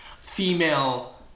female